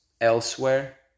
elsewhere